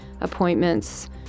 appointments